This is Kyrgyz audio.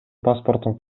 паспортун